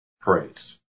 praise